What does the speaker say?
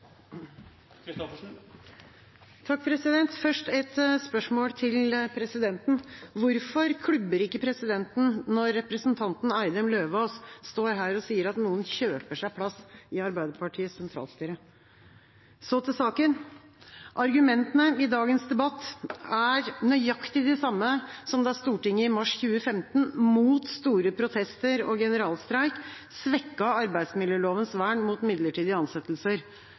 Først et spørsmål til presidenten: Hvorfor klubber ikke presidenten når representanten Eidem Løvaas står her og sier at noen kjøper seg plass i Arbeiderpartiets sentralstyre? Så til saken: Argumentene i dagens debatt er nøyaktig de samme som da Stortinget i mars 2015, mot store protester og generalstreik, svekket arbeidsmiljølovens vern mot midlertidige ansettelser?